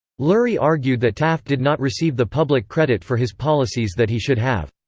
lurie argued that taft did not receive the public credit for his policies that he should have.